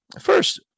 First